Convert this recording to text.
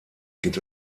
gibt